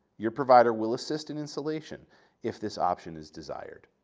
your provider will assist in installation if this option is desired.